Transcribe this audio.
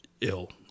ill